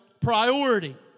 priority